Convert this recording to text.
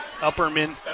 Upperman